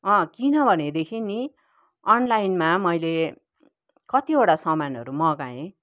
अँ किन भनेदेखि नि अनलाइनमा मैले कतिवटा समानहरू मगाएँ